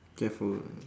careful ah